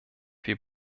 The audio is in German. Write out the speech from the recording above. wir